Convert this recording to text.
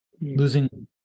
losing